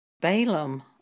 Balaam